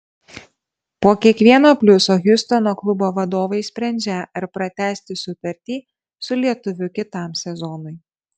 po kiekvieno pliuso hjustono klubo vadovai sprendžią ar pratęsti sutartį su lietuviu kitam sezonui